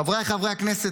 חבריי חברי הכנסת,